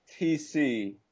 TC